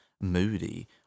moody